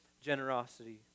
generosity